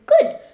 good